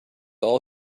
all